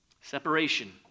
Separation